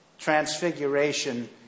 Transfiguration